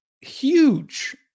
huge